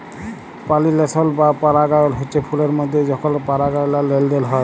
পালিলেশল বা পরাগায়ল হচ্যে ফুলের মধ্যে যখল পরাগলার লেলদেল হয়